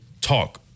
talk